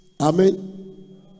Amen